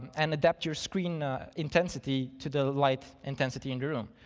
and adapt your screen intensity to the light intensity in your room.